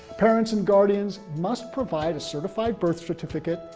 parents and guardians must provide a certified birth certificate,